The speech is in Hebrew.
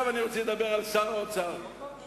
כבוד חבר הכנסת היקר והשר לשעבר,